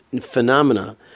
phenomena